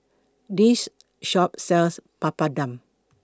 This Shop sells Papadum